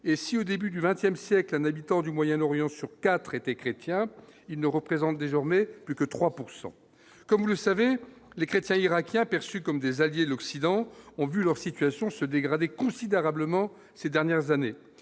et si, au début du 20ème siècle, un habitant du Moyen-Orient sur 4 était chrétien, il ne représentent désormais plus que 3 pourcent comme vous le savez, les chrétiens irakiens perçus comme des alliés de l'Occident, ont vu leur situation se dégrader considérablement ces dernières années,